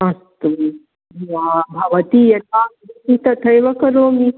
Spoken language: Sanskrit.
अस्तु भवती यथा वदति तथैव करोमि